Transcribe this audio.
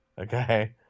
Okay